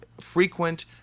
frequent